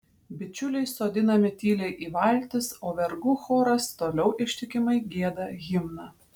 bičiuliai sodinami tyliai į valtis o vergų choras toliau ištikimai gieda himną